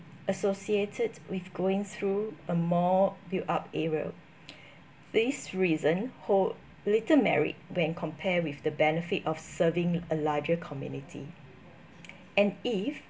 associated with going through a more built up area this reason hold little merit when compared with the benefit of serving a larger community and if